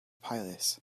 pious